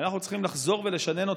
ואנחנו צריכים לחזור ולשנן אותם,